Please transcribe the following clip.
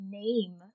name